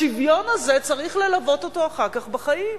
השוויון הזה, צריך ללוות אותו אחר כך בחיים.